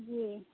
जी